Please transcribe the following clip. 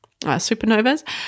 supernovas